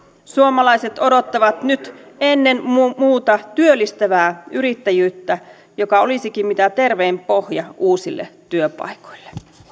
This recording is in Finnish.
suomalaiset odottavat nyt ennen muuta muuta työllistävää yrittäjyyttä joka olisikin mitä tervein pohja uusille työpaikoille